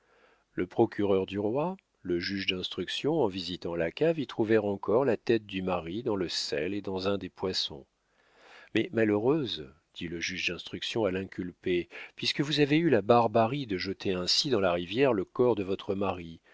le procureur du roi le juge d'instruction en visitant la cave y trouvèrent encore la tête du mari dans le sel et dans un des poinçons mais malheureuse dit le juge d'instruction à l'inculpée puisque vous avez eu la barbarie de jeter ainsi dans la rivière le corps de votre mari